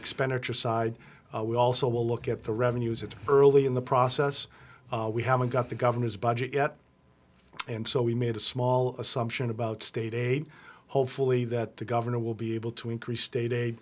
expenditure side we also will look at the revenues it's early in the process we haven't got the governor's budget yet and so we made a small assumption about state hopefully that the governor will be able to increase state a